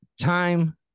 time